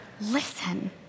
listen